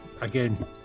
again